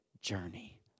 journey